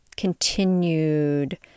continued